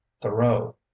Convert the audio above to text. thoreau